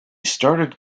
started